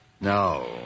No